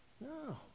no